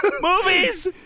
Movies